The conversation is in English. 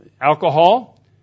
alcohol